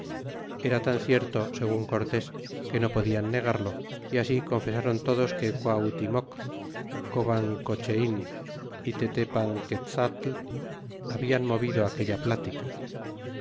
era tan cierto segun cortés que no podian negarlo e ast confesaron todos que qua hutimoc covánccochein y tetepanquezatl hablan movido aquella plática